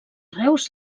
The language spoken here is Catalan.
reus